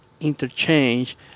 interchange